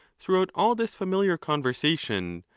throughout all this familiar conversation,